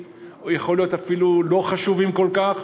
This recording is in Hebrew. יכול להיות שאפילו לא חשובים כל כך,